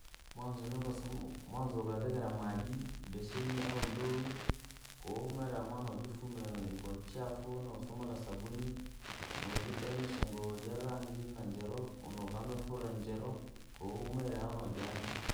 Mwanzo nuvusumu- mwanzo ukavikeraa maji, ibeseni aandowii, koo wahumwira maana jifume nguo chafu, nosumula sabuni, nojitenganisha nguo jaa rangi na njaro, nokoanza furaa njeroo, koo wa humwiraa ahuu nojaanika.